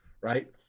right